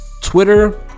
Twitter